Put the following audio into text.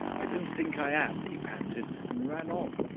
i don't think i am, he panted, and ran on.